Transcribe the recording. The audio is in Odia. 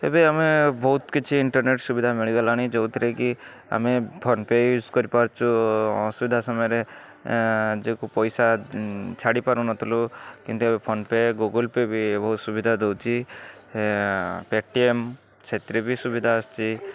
ଏବେ ଆମେ ବହୁତ କିଛି ଇଣ୍ଟରନେଟ୍ ସୁବିଧା ମିଳିଗଲାଣି ଯେଉଁଥିରେ କି ଆମେ ଫୋନ ପେ ୟୁଜ୍ କରିପାରୁଛୁ ଅସୁବିଧା ସମୟରେ ଯେଉଁ ପଇସା ଛାଡ଼ିପାରୁନଥିଲୁ କିନ୍ତୁ ଏବେ ଫୋନ ପେ ଗୁଗଲ୍ ପେ ବି ବହୁତ ସୁବିଧା ଦେଉଛି ପେଟିଏମ୍ ସେଥିରେ ବି ସୁବିଧା ଆସୁଛି